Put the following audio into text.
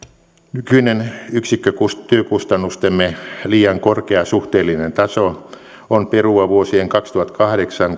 nykyinen yksikkötyökustannustemme liian korkea suhteellinen taso on perua vuosien kaksituhattakahdeksan